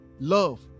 love